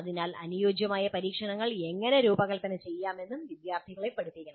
അതിനാൽ അനുയോജ്യമായ പരീക്ഷണങ്ങൾ എങ്ങനെ രൂപകൽപ്പന ചെയ്യാമെന്നും വിദ്യാർത്ഥികളെ പഠിപ്പിക്കണം